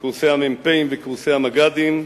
קורסי המ"פים וקורסי המג"דים,